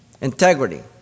integrity